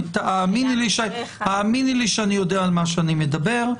האמיני לי שאני יודע על מה שאני מדבר.